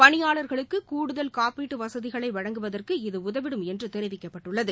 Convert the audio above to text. பணியாளர்களுக்கு கட்டுதல் காப்பீடு வசதிகளை வழங்குவதற்கு இது உதவிடும் என்று தெரிவிக்கப்பட்டுள்ளது